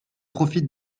profite